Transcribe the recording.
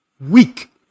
weak